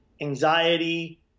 anxiety